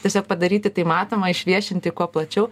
tiesiog padaryti tai matoma išviešinti kuo plačiau